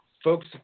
folks